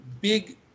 big